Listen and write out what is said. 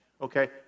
Okay